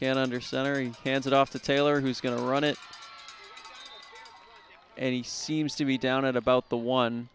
can under center and handed off to taylor who's going to run it and he seems to be down at about the one